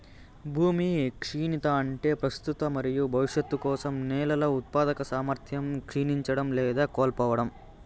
భూమి క్షీణత అంటే ప్రస్తుత మరియు భవిష్యత్తు కోసం నేలల ఉత్పాదక సామర్థ్యం క్షీణించడం లేదా కోల్పోవడం